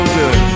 good